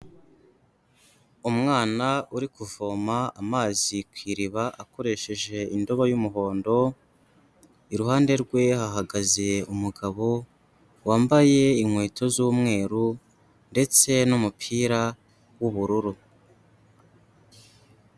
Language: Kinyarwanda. Umwana uri kuvoma amazi ku iriba akoresheje indobo y'umuhondo, iruhande rwe hahagaze umugabo wambaye inkweto z'umweru ndetse n'umupira w'ubururu.